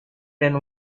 then